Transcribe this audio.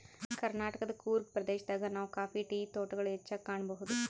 ಕರ್ನಾಟಕದ್ ಕೂರ್ಗ್ ಪ್ರದೇಶದಾಗ್ ನಾವ್ ಕಾಫಿ ಟೀ ತೋಟಗೊಳ್ ಹೆಚ್ಚಾಗ್ ಕಾಣಬಹುದ್